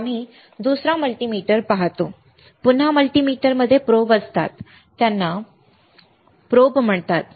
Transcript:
आम्ही दुसरा मल्टीमीटर पाहतो पुन्हा मल्टीमीटरमध्ये प्रोब असतात त्यांना प्रोब म्हणतात